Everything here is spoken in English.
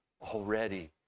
already